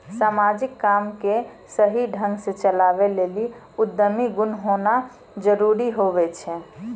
समाजिक काम के सही ढंग से चलावै लेली उद्यमी गुण होना जरूरी हुवै छै